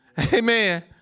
Amen